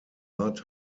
heart